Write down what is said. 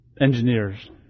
engineers